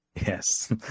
Yes